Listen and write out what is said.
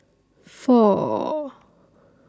four